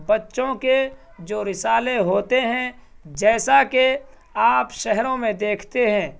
بچوں کے جو رسالے ہوتے ہیں جیسا کہ آپ شہروں میں دیکھتے ہیں